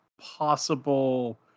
possible